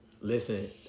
listen